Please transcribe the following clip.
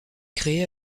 créée